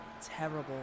terrible